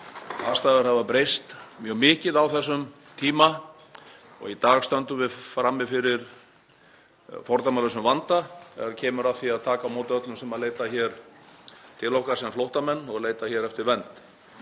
Aðstæður hafa breyst mjög mikið á þessum tíma og í dag stöndum við frammi fyrir fordæmalausum vanda þegar kemur að því að taka á móti öllum sem leita hér til okkar sem flóttamenn og leita eftir vernd.